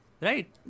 right